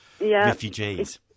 refugees